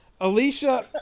Alicia